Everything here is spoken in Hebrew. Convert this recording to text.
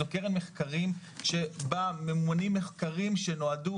זו קרן מחקרים שבה ממומנים מחקרים שנועדו